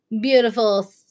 beautiful